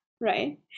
right